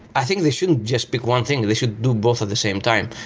i think they shouldn't just pick one thing. they should do both at the same time,